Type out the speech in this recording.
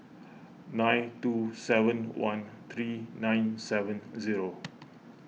nine two seven one three nine seven zero